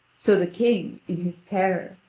so the king, in his terror,